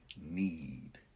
need